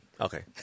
Okay